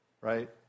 right